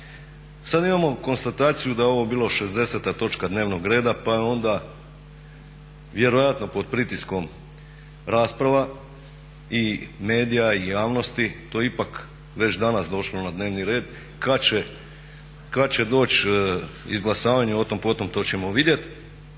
sad imamo konstataciju da je ovo bila 60. točka dnevnog reda pa je onda vjerojatno pod pritiskom rasprava i medija i javnosti to ipak već danas došlo na dnevni red. Kad će doći izglasavanje otom potom, to ćemo vidjet.